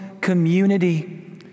community